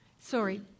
sorry